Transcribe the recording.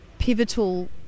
pivotal